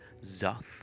Zoth